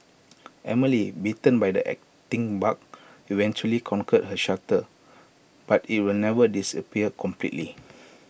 Emily bitten by the acting bug eventually conquered her stutter but IT will never disappear completely